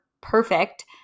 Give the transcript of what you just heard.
perfect